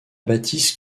bâtisse